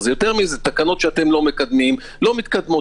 זה תקנות שאתם לא מקדמים - לא מתקדמות.